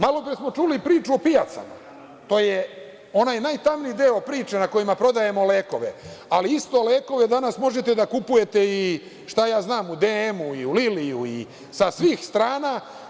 Malopre smo čuli priču o pijacama, to je onaj najtamniji deo priče, na kojima prodajemo lekove, ali isto lekove danas možete da kupujete i u DM-u, u Liliju i sa svih strana.